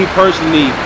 personally